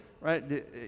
right